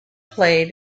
played